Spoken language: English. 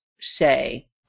say